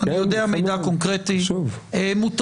מה הוא הביא את חוק-יסוד --- רק את